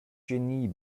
genie